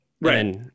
Right